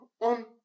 on